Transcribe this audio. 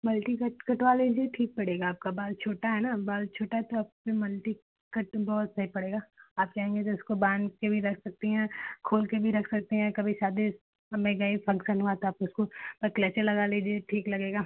multi cut कटवा लीजिए ठीक पड़ेगा आपका बाल छोटा है ना अब बाल छोटा है तो आप पर मल्टी कट बहुत सही पड़ेगा आप चाहेंगी तो इसको बाँधकर भी रख सकती हैं खोलकर भी रख सकती हैं कभी शादी में गए फंक्शन हुआ तो आप इसको पर क्लेचर लगा लीजिए ठीक लगेगा